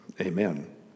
amen